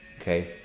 okay